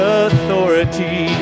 authority